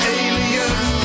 aliens